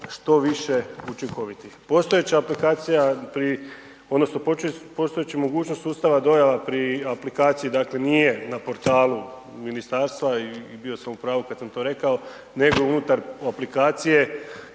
što više učinkovit. Postojeća aplikacija pri odnosno postojeći mogućnost sustava dojava pri aplikaciji dakle, nije na portalu ministarstva i bio sam u pravu kada sam to rekao, nego unutar aplikacije,